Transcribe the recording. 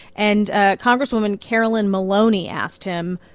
and ah congresswoman carolyn maloney asked him,